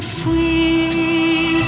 free